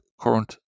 current